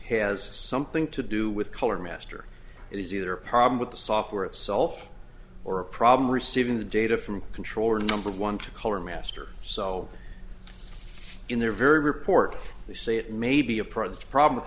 has something to do with color master it is either a problem with the software itself or a problem receiving the data from controller number one to color master so in their very report they say it may be a part of the problem